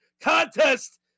contest